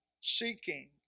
seeking